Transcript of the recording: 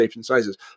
sizes